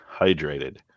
hydrated